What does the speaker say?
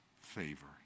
favor